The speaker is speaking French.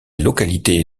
localité